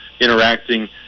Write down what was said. interacting